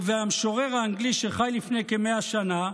והמשורר האנגלי שחי לפני כ-100 שנה,